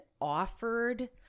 offered